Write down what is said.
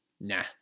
Nah